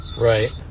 right